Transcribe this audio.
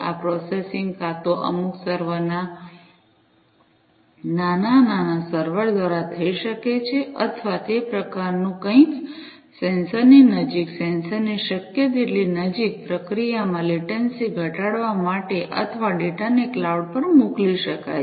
આ પ્રોસેસિંગ કાં તો અમુક સર્વરના નાના સર્વર દ્વારા થઈ શકે છે અથવા તે પ્રકારનું કંઈક સેન્સરની નજીક સેન્સરની શક્ય તેટલી નજીક પ્રક્રિયામાં લેટન્સી ઘટાડવા માટે અથવા ડેટાને ક્લાઉડ પર મોકલી શકાય છે